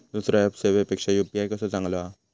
दुसरो ऍप सेवेपेक्षा यू.पी.आय कसो चांगलो हा?